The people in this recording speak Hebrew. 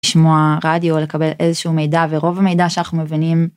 שמוע רדיו לקבל איזשהו מידע ורוב המידע שאנחנו מבינים.